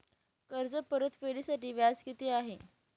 कर्ज परतफेडीसाठी व्याज किती आहे?